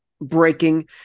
breaking